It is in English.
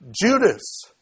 Judas